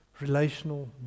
relational